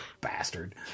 Bastard